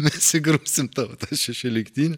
mes įgrūsim tavo tą šešioliktinę